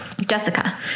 Jessica